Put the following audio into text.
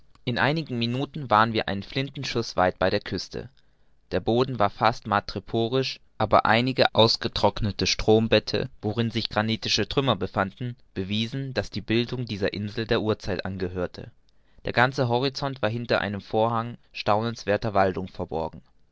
in einigen minuten waren wir einen flintenschuß weit bei der küste der boden war fast madreporisch aber einige ausgetrocknete strombette worin sich granitische trümmer fanden bewiesen daß die bildung dieser insel der urzeit angehörte der ganze horizont war hinter einem vorhang staunenswerther waldung verborgen